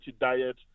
diet